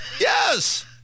Yes